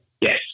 yes